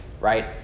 right